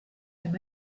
him